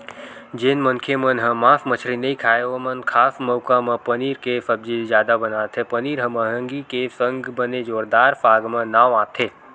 जेन मनखे मन ह मांस मछरी नइ खाय ओमन खास मउका म पनीर के सब्जी जादा बनाथे पनीर ह मंहगी के संग बने जोरदार साग म नांव आथे